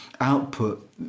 output